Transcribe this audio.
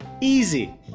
Easy